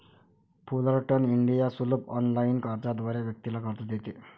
Fullerton India सुलभ online अर्जाद्वारे व्यक्तीला कर्ज देते